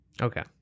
Okay